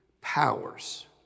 powers